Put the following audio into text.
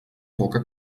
poca